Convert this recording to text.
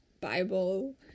Bible